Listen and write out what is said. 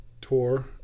tour